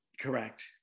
Correct